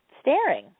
staring